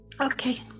Okay